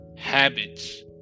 Habits